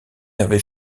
avait